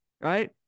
right